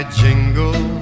jingle